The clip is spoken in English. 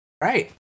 Right